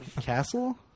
Castle